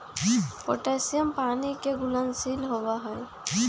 potassium पानी के घुलनशील होबा हई